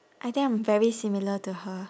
I think I'm very similar to her